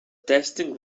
testing